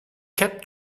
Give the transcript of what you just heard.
kept